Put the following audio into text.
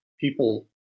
people